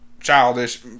childish